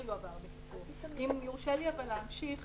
אם יורשה לי להמשיך,